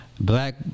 Black